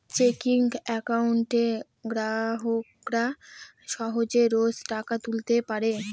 checking একাউন্টে গ্রাহকরা সহজে রোজ টাকা তুলতে পারে